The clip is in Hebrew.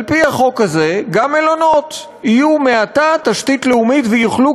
על-פי החוק הזה גם מלונות יהיו מעתה תשתית לאומית ויוכלו